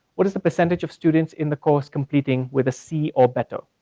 what is the percentage of students in the course completing with a c or better,